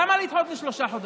למה לדחות בשלושה חודשים?